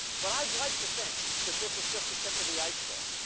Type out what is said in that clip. but i'd like to think that this is just the tip of the iceberg.